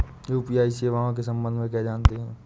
UPI सेवाओं के संबंध में क्या जानते हैं?